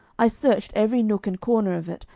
i searched every nook and corner of it,